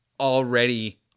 already